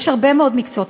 יש הרבה מאוד מקצועות.